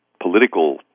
political